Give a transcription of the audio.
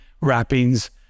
wrappings